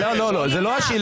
לא, זו לא השאלה.